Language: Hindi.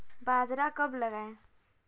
बाजरा कब लगाएँ?